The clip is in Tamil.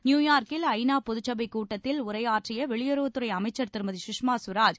நியூயார்க்கில் ஐநா பொதுச் சபைக் கூட்டத்தில் உரையாற்றிய வெளியுறவுத்துறை அமைச்சர் திருமதி சுஷ்மா ஸ்வராஜ்